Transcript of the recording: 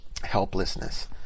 helplessness